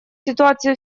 ситуацию